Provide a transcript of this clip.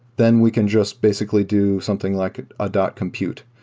then we can just basically do something like a dot com pute.